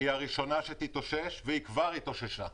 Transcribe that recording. שהיא הראשונה שתתאושש והיא כבר התאוששה.